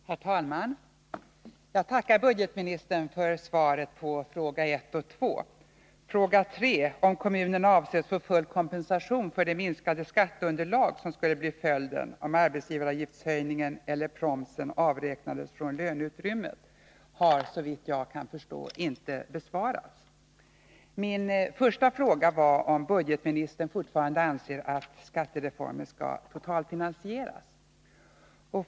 Herr talman! Jag tackar budgetministern för svaret på den första och den Måndagen den andra frågan. Den tredje frågan, om kommunerna avses få full kompensa 30 november 1981 tion för det minskade skatteunderlag som skulle bli följden om arbetsgivaravgiftshöjningen eller promsen avräknades från löneutrymmet, har — såvitt jag kan förstå — inte besvarats. Min första fråga gällde om budgetministern fortfarande anser att skattereformen skall totalfinansieras.